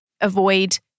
avoid